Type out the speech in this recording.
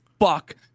fuck